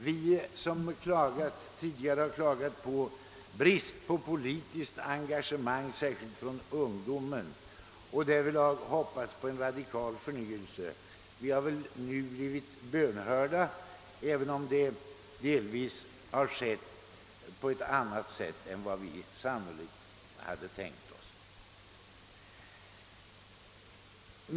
Vi som tidigare har klagat på bristen på politiskt engagemang, särskilt hos ungdomen, och därvidlag hoppats på en radikal förnyelse har väl nu blivit bönhörda, även om det delvis har skett på ett annat sätt än vi sannolikt hade tänkt oss.